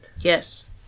Yes